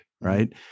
right